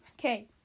okay